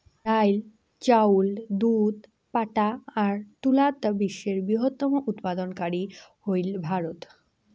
ডাইল, চাউল, দুধ, পাটা আর তুলাত বিশ্বের বৃহত্তম উৎপাদনকারী হইল ভারত